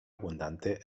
abundante